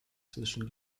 zwischen